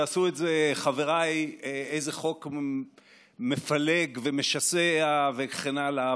ועשו את זה חבריי: איזה חוק מפלג ומשסע וכן הלאה.